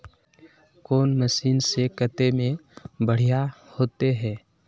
कौन मशीन से कते में बढ़िया होते है?